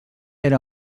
era